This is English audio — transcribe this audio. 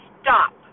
stop